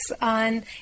on